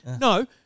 No